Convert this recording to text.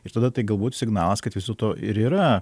ir tada tai galbūt signalas kad viso to ir yra